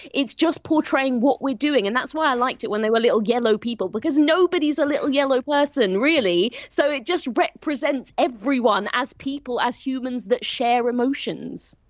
it's just portraying what we're doing and that's why i liked it when they were little yellow people because nobody's a little yellow person and really, so it just represents everyone as people, as humans, that share emotions.